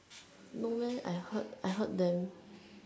no leh I heard I heard them